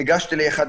ניגשתי לאחד